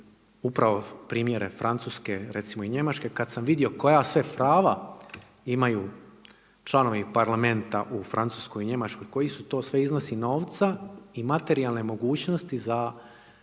upravo primjere Francuske recimo i Njemačke kad sam vidio koja sve prava imaju članovi Parlamenta u Francuskoj i Njemačkoj, koji su to sve iznosi novca i materijalne mogućnosti za